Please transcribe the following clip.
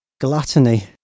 Gluttony